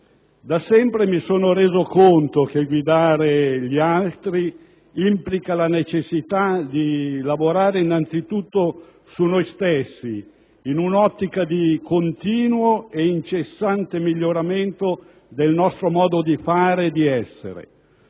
Da sempre mi sono reso conto che guidare gli altri implica la necessità di lavorare innanzi tutto su noi stessi, in un'ottica di continuo e incessante miglioramento del nostro modo di fare e di essere.